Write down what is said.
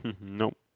nope